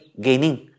gaining